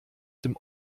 dem